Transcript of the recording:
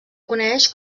coneix